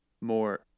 more